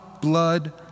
blood